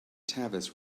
tavis